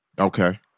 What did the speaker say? Okay